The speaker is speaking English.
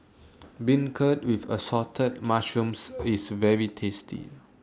Beancurd with Assorted Mushrooms IS very tasty